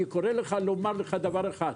אני קורא לך לומר לך דבר אחד,